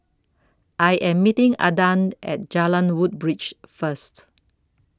I Am meeting Adan At Jalan Woodbridge First